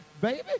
baby